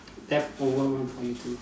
leftover one for eating